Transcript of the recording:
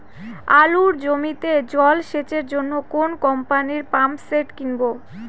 আলুর জমিতে জল সেচের জন্য কোন কোম্পানির পাম্পসেট কিনব?